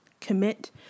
commit